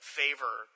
favor